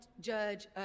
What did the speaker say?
judge